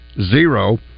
zero